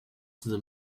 through